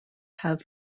have